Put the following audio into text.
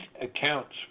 accounts